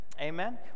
Amen